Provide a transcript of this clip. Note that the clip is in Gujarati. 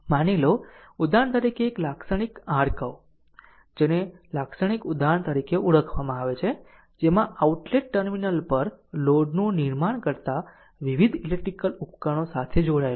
માની લો ઉદાહરણ તરીકે એક લાક્ષણિક r તરીકે કહો જેને લાક્ષણિક ઉદાહરણ તરીકે ઓળખવામાં આવે છે જેમાં આઉટલેટ ટર્મિનલ પર લોડનું નિર્માણ કરતા વિવિધ ઈલેક્ટ્રીકલ ઉપકરણો સાથે જોડાયેલું છે